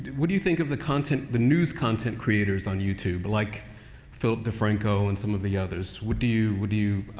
what do you think of the content, the news content creators on youtube like philip defranco and some of the others? what do you, what do you,